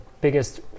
biggest